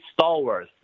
Stallworth